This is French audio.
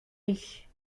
rue